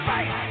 Fight